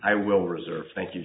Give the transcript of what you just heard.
i will reserve thank you